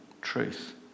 truth